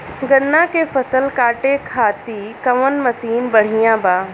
गन्ना के फसल कांटे खाती कवन मसीन बढ़ियां बा?